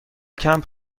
کمپ